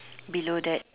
below that